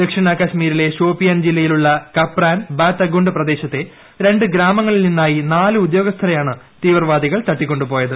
ദക്ഷിണ കാശ്മീരിലെ ഷോപിയാൻ ജില്ലയിലുള്ള കപ്രാൻ ബാത്തഗുണ്ട് പ്രദേശത്തെ രണ്ട് ഗ്രാമങ്ങളിൽ നിന്നായി നാല് ഉദ്യോഗസ്ഥരെയാണ് തീവ്രവാദികൾ തട്ടിക്കൊണ്ടുപോയത്